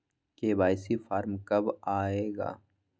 KYC form कब आए गा?